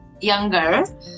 younger